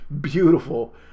beautiful